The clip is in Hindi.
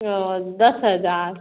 ओह दस हज़ार